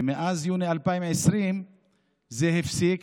וביוני 2020 זה הפסיק,